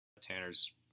Tanner's